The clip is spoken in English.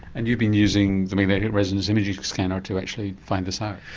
and you've been using the magnetic resonance imaging scanner to actually find this out?